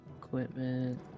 equipment